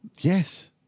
Yes